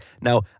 Now